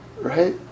Right